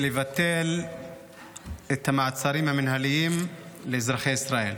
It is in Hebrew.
לבטל את המעצרים המינהליים לאזרחי ישראל,